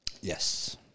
Yes